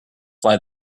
fly